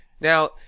now